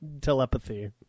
telepathy